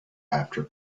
after